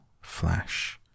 flash